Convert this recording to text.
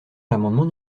l’amendement